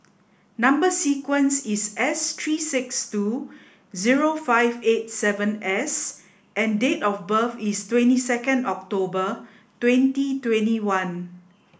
number sequence is S three six two zero five eight seven S and date of birth is twenty second October twenty twenty one